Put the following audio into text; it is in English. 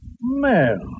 Mel